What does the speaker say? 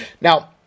Now